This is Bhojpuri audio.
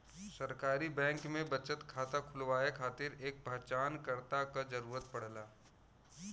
सरकारी बैंक में बचत खाता खुलवाये खातिर एक पहचानकर्ता क जरुरत पड़ला